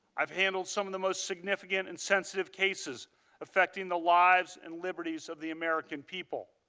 i have handled some of the most significant, and sensitive cases affecting the lives and liberties of the american people.